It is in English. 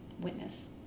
witness